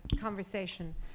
conversation